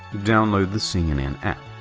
download the cnn app,